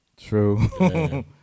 True